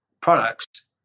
products